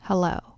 Hello